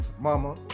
Mama